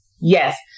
Yes